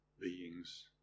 beings